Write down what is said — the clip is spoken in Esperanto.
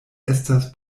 estas